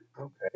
Okay